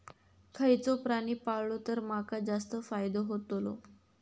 खयचो प्राणी पाळलो तर माका जास्त फायदो होतोलो?